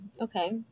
Okay